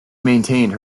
maintained